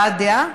הבעת דעה.